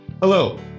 Hello